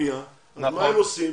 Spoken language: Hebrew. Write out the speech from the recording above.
לפנייה אבל מה הם עושים?